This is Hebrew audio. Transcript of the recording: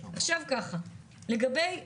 לגבי הקורונה,